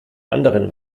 anderen